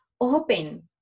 open